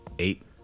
Eight